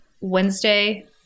Wednesday